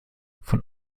von